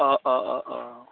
অ অ অ অ